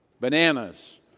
bananas